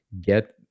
get